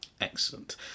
Excellent